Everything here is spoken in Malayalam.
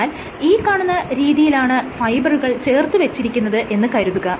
എന്നാൽ ഈ കാണുന്ന രീതിയിലാണ് ഫൈബറുകൾ ചേർത്തുവെച്ചിരിക്കുന്നത് എന്ന് കരുതുക